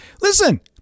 Listen